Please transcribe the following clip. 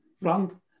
wrong